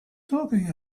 talking